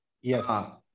Yes